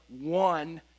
one